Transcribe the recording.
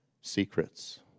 secrets